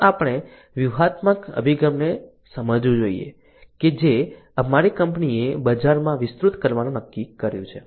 આગળ આપણે વ્યૂહાત્મક અભિગમને સમજવું જોઈએ કે જે અમારી કંપનીએ બજારમાં વિસ્તૃત કરવાનું નક્કી કર્યું છે